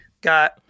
got